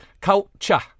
culture